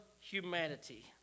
humanity